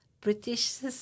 British